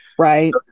Right